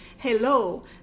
Hello